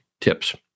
tips